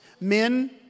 Men